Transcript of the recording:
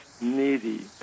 needy